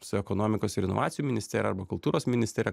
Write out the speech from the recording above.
su ekonomikos ir inovacijų ministerija arba kultūros ministerija